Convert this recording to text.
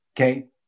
Okay